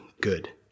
good